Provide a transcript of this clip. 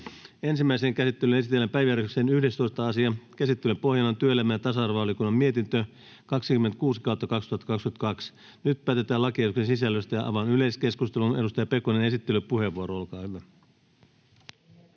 Ensimmäiseen käsittelyyn esitellään päiväjärjestyksen 11. asia. Käsittelyn pohjana on työelämä- ja tasa-arvovaliokunnan mietintö TyVM 26/2022 vp. Nyt päätetään lakiehdotusten sisällöstä. — Avaan yleiskeskustelun. Esittelypuheenvuoro, edustaja